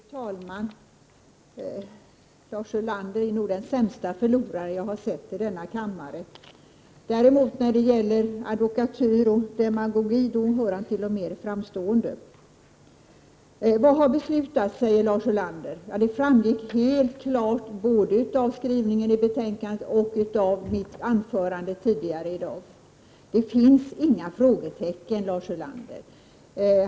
Fru talman! Lars Ulander är nog den sämsta förlorare jag har sett här i kammaren. När det gäller advokatyr och demagogi hör han däremot till de mer framstående. Vad har beslutats, frågade Lars Ulander. Det framgick helt klart både av skrivningen i betänkandet och av mitt anförande tidigare i dag. Det finns inga frågetecken, Lars Ulander.